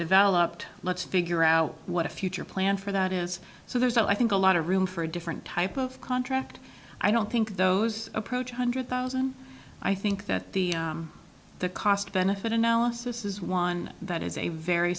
developed let's figure out what a future plan for that is so there's a i think a lot of room for a different type of contract i don't think those approach hundred thousand i think that the cost benefit analysis is one that is a very